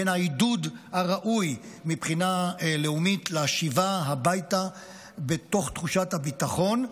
לבין העידוד הראוי מבחינה לאומית לשיבה הביתה בתוך תחושת הביטחון,